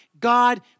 God